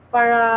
Para